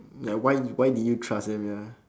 ya why why did you trust them ya